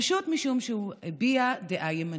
פשוט משום שהוא הביע דעה ימנית.